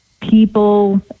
people